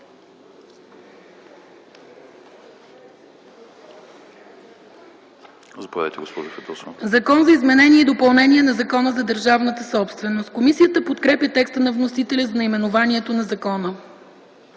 ДОКЛАДЧИК ИСКРА ФИДОСОВА: „Закон за изменение и допълнение на Закона за държавната собственост”. Комисията подкрепя текста на вносителя за наименованието на закона.